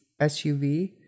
SUV